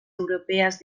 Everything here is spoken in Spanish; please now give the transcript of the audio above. europeas